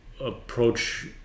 approach